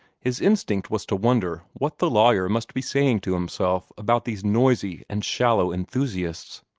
his instinct was to wonder what the lawyer must be saying to himself about these noisy and shallow enthusiasts.